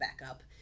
backup